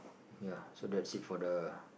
ya so that's it for the